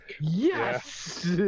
Yes